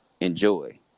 enjoy